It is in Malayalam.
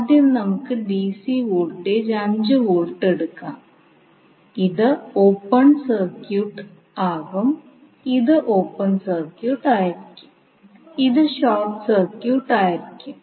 ആദ്യം നമുക്ക് ഡിസി വോൾട്ടേജ് 5 V എടുക്കാം ഇത് ഓപ്പൺ സർക്യൂട്ട് ആകും ഇത് ഷോർട്ട് സർക്യൂട്ട് ആയിരിക്കും